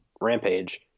rampage